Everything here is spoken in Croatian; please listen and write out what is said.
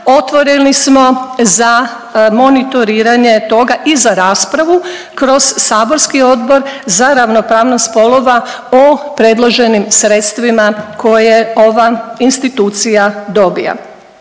Otvoreni smo za monitoriranje toga i za raspravu kroz saborski Odbor za ravnopravnost spolova o predloženim sredstvima koje ova institucija dobija.